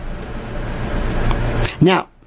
Now